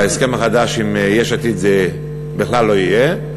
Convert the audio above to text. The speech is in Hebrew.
בהסכם החדש עם יש עתיד זה בכלל לא יהיה.